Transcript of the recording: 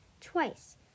Twice